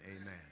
amen